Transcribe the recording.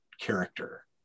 character